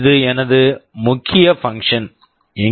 இது எனது முக்கிய பங்க்ஷன் function